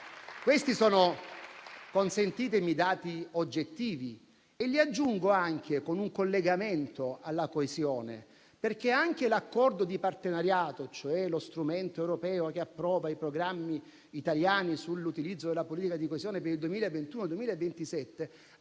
Questi sono però, consentitemi, dati oggettivi, che aggiungo anche con un collegamento alla coesione. Infatti anche l'accordo di partenariato, lo strumento europeo che approva i programmi italiani sull'utilizzo della politica di coesione per il 2021-2027,